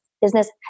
business